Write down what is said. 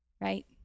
Right